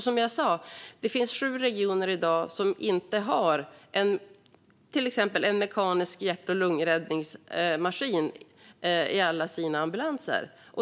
Som jag sa finns det sju regioner i dag som inte har till exempel en mekanisk hjärt och lungräddningsmaskin i alla sina ambulanser.